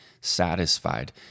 satisfied